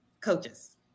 coaches